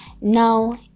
Now